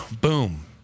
boom